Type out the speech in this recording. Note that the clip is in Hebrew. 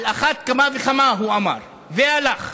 על אחת כמה וכמה, הוא אמר, והלך,